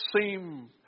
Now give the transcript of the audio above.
seem